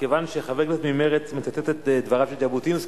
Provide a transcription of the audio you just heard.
מכיוון שחבר כנסת ממרצ מצטט את דבריו של ז'בוטינסקי,